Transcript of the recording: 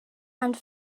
and